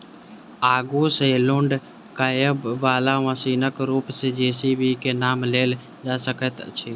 आगू सॅ लोड करयबाला मशीनक रूप मे जे.सी.बी के नाम लेल जा सकैत अछि